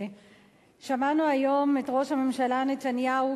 שמענו היום את ראש הממשלה נתניהו,